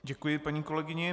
Děkuji paní kolegyni.